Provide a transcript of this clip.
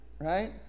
Right